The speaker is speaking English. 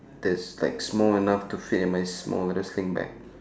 that's like small enough to fit in my small little sling bag